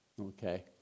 okay